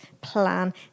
plan